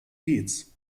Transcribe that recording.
kietz